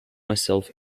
myself